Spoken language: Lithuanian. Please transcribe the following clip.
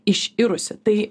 iširusi tai